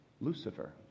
Lucifer